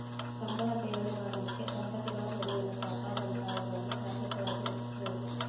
ಸಂಬಳ ಠೇವಣಿ ಮಾಡಲಿಕ್ಕೆ ದಂಪತಿಗಳ ನಡುವಿನ್ ಖಾತಾದಂತಾವುಗಳನ್ನ ಶಾಶ್ವತವಾಗಿ ರಚಿಸ್ಬೋದು